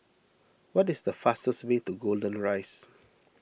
what is the fastest way to Golden Rise